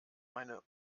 meine